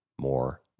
more